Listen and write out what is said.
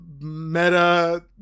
meta